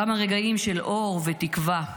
כמה רגעים של אור ותקווה,